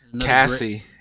cassie